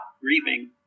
grieving